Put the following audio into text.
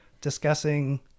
discussing